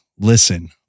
listen